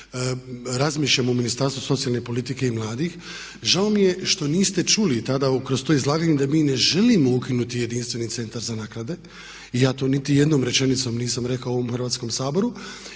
razmišljamo u Ministarstvu socijalne politike i mladih. Žao mi je što niste čuli tada kroz to izlaganje da mi ne želimo ukinuti jedinstveni centar za naknade i ja to niti jednom rečenicom nisam rekao u ovom Hrvatskom saboru.